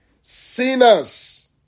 sinners